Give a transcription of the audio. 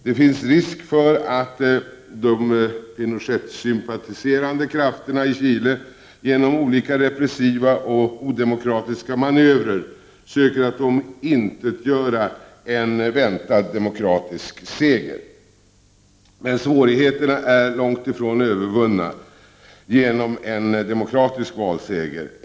Det finns risk för att de Pinochetsympatiserande krafterna i Chile genom olika repressiva och odemokratiska manövrer söker att omintetgöra en väntad demokratisk seger. Men svårigheterna är långt ifrån övervunna i och med en demokratisk valseger.